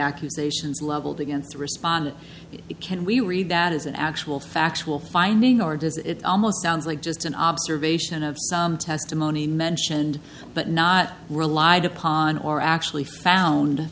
accusations leveled against the respondent it can we read that is an actual factual finding or does it almost sounds like just an observation of some testimony mentioned but not relied upon or actually found